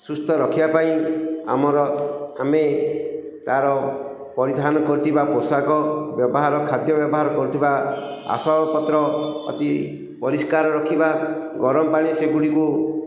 ସୁସ୍ଥ ରଖିବା ପାଇଁ ଆମର ଆମେ ତାର ପରିଧାନ କରୁଥିବା ପୋଷାକ ବ୍ୟବହାର ଖାଦ୍ୟ ବ୍ୟବହାର କରୁଥିବା ଆସବାପତ୍ର ଅତି ପରିଷ୍କାର ରଖିବା ଗରମ ପାଣି ସେଗୁଡ଼ିକୁ